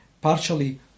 Partially